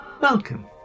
Welcome